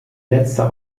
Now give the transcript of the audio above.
letzte